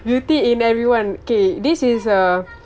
beauty in everyone okay this is a